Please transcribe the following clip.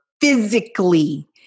physically